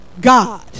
God